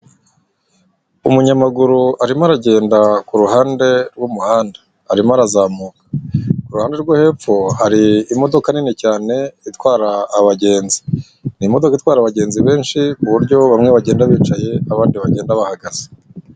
Umunyamaguru arimo aragenda ku ruhande rw'umuhanda, arimo arazamuka. Kuruhande rwo hepfo hari imodoka nini cyane itwara abagenzi. Ni imodoka itwara abagenzi benshi kuburyo bamwe bagenda bicaye abandi bagenda bahagaze.